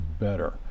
better